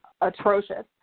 atrocious